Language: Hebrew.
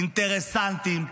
אינטרסנטים,